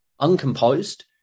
uncomposed